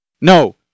No